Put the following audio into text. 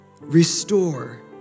restore